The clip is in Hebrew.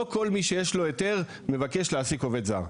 לא כל מי שיש לו היתר מבקש להעסיק עובד זר.